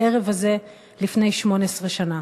הערב הזה לפני 18 שנה.